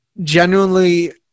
genuinely